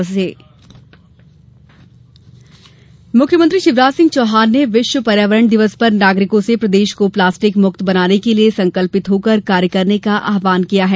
CM पर्यावरण मुख्यमंत्री शिवराज सिंह चौहान ने विश्व पर्यावरण दिवस पर नागरिकों से प्रदेश को प्लास्टिक मुक्त बनाने के लिये संकल्पित होकर कार्य करने का आव्हान किया है